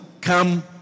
come